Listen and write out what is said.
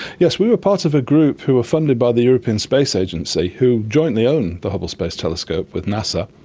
yes, we were part of a group who were funded by the european space agency who jointly own the hubble space telescope with nasa,